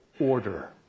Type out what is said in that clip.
order